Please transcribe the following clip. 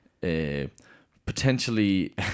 potentially